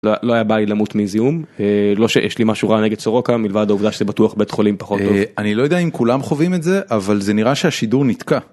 לא היה בא לי למות מזיהום. לא שיש לי משהו רע נגד סורוקה, מלבד העובדה שזה בטוח בית חולים פחות טוב. אני לא יודע אם כולם חווים את זה, אבל זה נראה שהשידור נתקע.